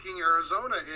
Arizona